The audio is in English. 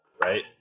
right